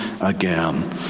again